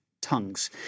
tongues